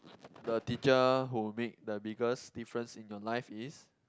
the teacher who make the biggest difference in your life is